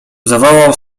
zawołał